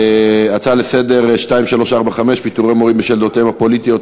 הצעה לסדר-היום מס' 2345: פיטורי מורים בשל דעותיהם הפוליטיות,